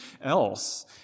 else